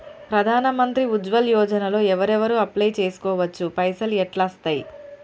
ప్రధాన మంత్రి ఉజ్వల్ యోజన లో ఎవరెవరు అప్లయ్ చేస్కోవచ్చు? పైసల్ ఎట్లస్తయి?